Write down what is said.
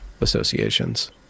associations